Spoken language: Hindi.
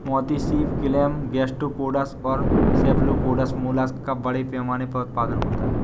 मोती सीप, क्लैम, गैस्ट्रोपोड्स और सेफलोपोड्स मोलस्क का बड़े पैमाने पर उत्पादन होता है